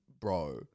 bro